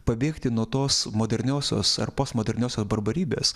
pabėgti nuo tos moderniosios ar postmoderniosios barbarybės